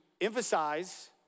emphasize